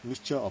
mixture of